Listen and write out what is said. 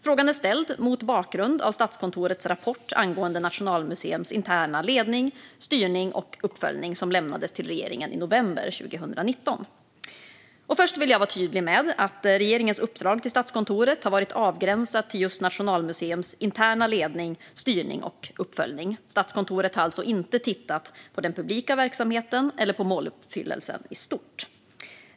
Frågan är ställd mot bakgrund av Statskontorets rapport angående Nationalmuseums interna ledning, styrning och uppföljning som lämnades till regeringen i november 2019. Först vill jag vara tydlig med att regeringens uppdrag till Statskontoret har varit avgränsat till Nationalmuseums interna ledning, styrning och uppföljning. Statskontoret har alltså inte tittat på den publika verksamheten eller på måluppfyllelsen i stort.